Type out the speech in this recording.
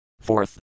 Fourth